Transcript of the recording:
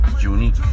unique